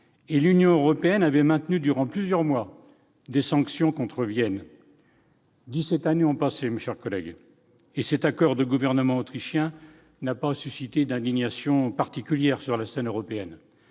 et l'Union européenne maintint durant plusieurs mois des sanctions contre Vienne. Dix-sept années ont passé, mes chers collègues, et le présent accord de gouvernement autrichien n'a pas suscité d'indignation particulière sur la scène européenne